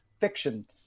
fiction